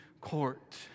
court